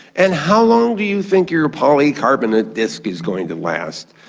and how long do you think your polycarbonate disk is going to last?